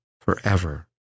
forever